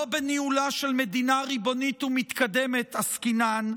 לא בניהולה של מדינה ריבונית ומתקדמת עסקינן,